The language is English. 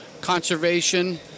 conservation